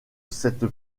cette